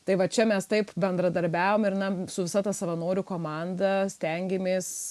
tai va čia mes taip bendradarbiavom ir na su visa ta savanorių komanda stengėmės